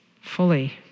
fully